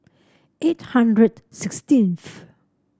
eight hundred sixteenth